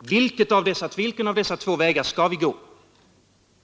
Vilken av dessa två vägar skall vi gå?